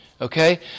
Okay